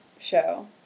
show